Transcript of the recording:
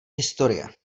historie